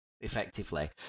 effectively